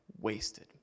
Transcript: wasted